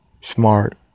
smart